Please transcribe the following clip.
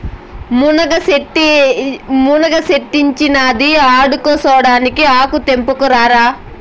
మునగ సెట్టిక్కించినది ఆడకూసోడానికా ఆకు తెంపుకుని రారా